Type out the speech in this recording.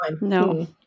No